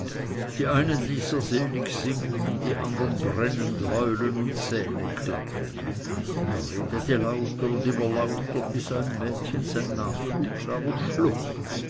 die einen ließ er selig singen die andern brennend heulen und zähneklappern und er redete lauter und immer lauter bis ein mädchen sein nastuch nahm und schluchzte